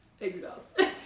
exhausted